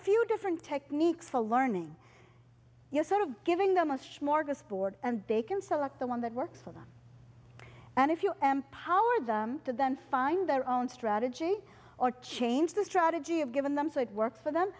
few different techniques for learning you know sort of giving them a smorgasbord and bacon select the one that works for them and if you am power to them find their own strategy or change the strategy of given them so it works for them